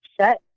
set